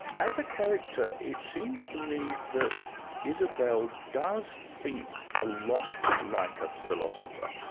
as a character, it seems to me that isabel does think a lot like a philosopher.